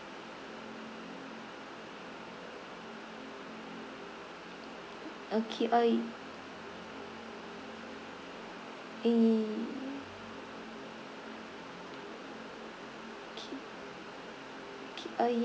okay oh y~ ye~ okay okay oh